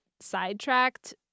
sidetracked